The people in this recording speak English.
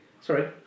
Sorry